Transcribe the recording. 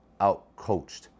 outcoached